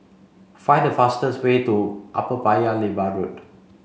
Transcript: find the fastest way to Upper Paya Lebar Road